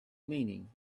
meaning